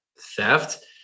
theft